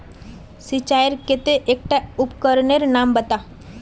सिंचाईर केते एकटा उपकरनेर नाम बता?